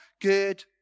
good